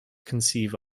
conceive